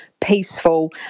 peaceful